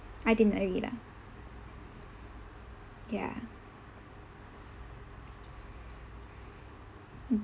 itinerary lah ya